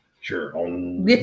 Sure